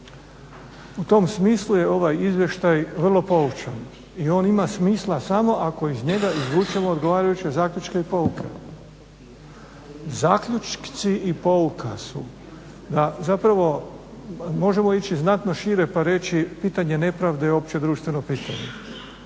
U tom smislu je ovaj izvještaj vrlo poučan i on ima smisla samo ako iz njega izvučemo odgovarajuće zaključke i pouke. Zaključci i pouka su da možemo ići znatno šire pa reći pitanje nepravde je opće društveno pitanje,